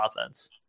offense